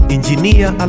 Engineer